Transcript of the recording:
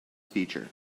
feature